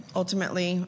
ultimately